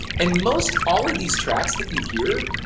and most all of these tracks that you hear,